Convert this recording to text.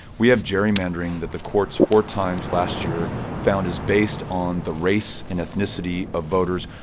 we have gerrymandering that the courts four times last year found is based on the race and ethnicity of voters,